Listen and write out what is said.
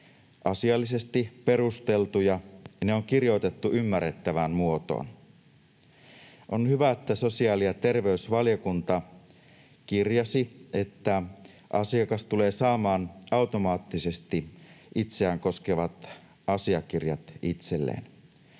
asiallisesti perusteltuja ja ne on kirjoitettu ymmärrettävään muotoon. On hyvä, että sosiaali- ja terveysvaliokunta kirjasi, että asiakas tulee saamaan automaattisesti itseään koskevat asiakirjat itselleen.